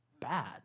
Bad